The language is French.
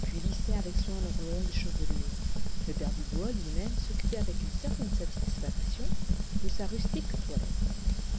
puis lissaient avec soin leur longue chevelure le père dubois lui-même s'occupait avec une certaine ialisfaction de sa rustique toilette